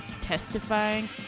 testifying